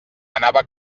anava